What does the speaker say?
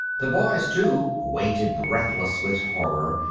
the boys, too, waited breathless with horror,